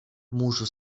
můžu